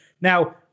Now